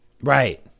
Right